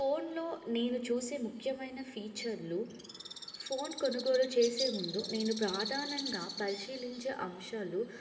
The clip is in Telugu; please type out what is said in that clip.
ఫోన్లో నేను చూసే ముఖ్యమైన ఫీచర్లు ఫోన్ కొనుగోలు చేసే ముందు నేను ప్రధానంగా పరిశీలించే అంశాలు